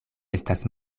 estas